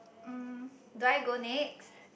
mm do I go next